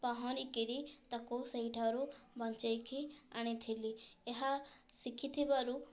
ପହଁରିକିରି ତାକୁ ସେଇଠାରୁ ବଞ୍ଚାଇକି ଆଣିଥିଲି ଏହା ଶିଖିଥିବାରୁ